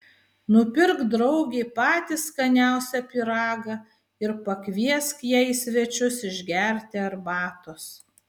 nupirk draugei patį skaniausią pyragą ir pakviesk ją į svečius išgerti arbatos